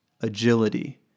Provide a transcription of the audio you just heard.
agility